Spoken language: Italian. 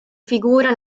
figura